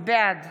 בעד